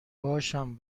باشم